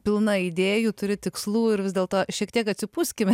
pilna idėjų turi tikslų ir vis dėl to šiek tiek atsipūskime